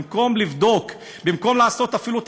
במקום לבדוק אפילו,